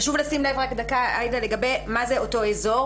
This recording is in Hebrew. חשוב לשים לב לגבי השאלה מה זה אותו אזור,